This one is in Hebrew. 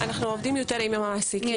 אנחנו עובדים יותר עם המעסיקים,